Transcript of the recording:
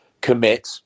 commit